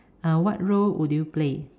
uh what role would you play